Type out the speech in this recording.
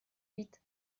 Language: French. huit